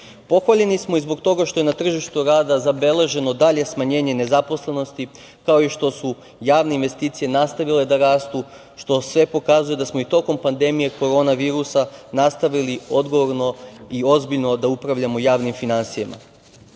zalažemo. Pohvaljeni smo i zbog toga što je na tržištu rada zabeleženo dalje smanjenje nezaposlenosti, kao i što su javne investicije nastavile da rastu, što sve pokazuje da smo i tokom pandemije korona virusa nastavili odgovorno i ozbiljno da upravljamo javnim finansijama. Kada